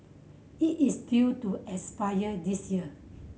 it is due to expire this year